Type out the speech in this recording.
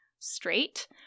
straight